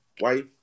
wife